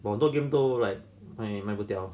but 我进这样多 like !aiya! 卖不掉